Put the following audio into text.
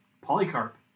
Polycarp